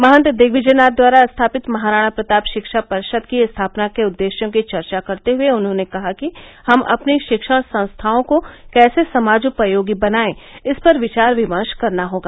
महन्त दिग्विजय नाथ द्वारा स्थापित महाराणा प्रताप शिक्षा परिषद की स्थापना के उद्देश्यों की चर्चा करते हुए उन्होंने कहा कि हम अपनी शिक्षण संस्थाओं को कैसे समाजोपयोगी बनाएं इस पर विचार विमर्श करना होगा